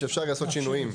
שאפשר יהיה לעשות שינויים.